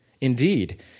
Indeed